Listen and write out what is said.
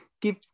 give